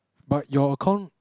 but your account